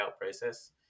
process